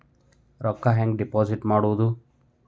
ರೊಕ್ಕ ಹೆಂಗೆ ಡಿಪಾಸಿಟ್ ಮಾಡುವುದು?